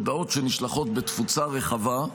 הודעות שנשלחות בתפוצה רחבה,